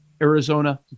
Arizona